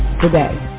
today